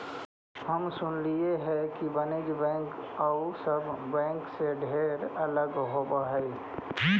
हम सुनलियई हे कि वाणिज्य बैंक आउ सब बैंक से ढेर अलग होब हई